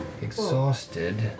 exhausted